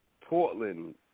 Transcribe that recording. Portland